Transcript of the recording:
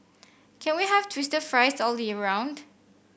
can we have twister fries all year round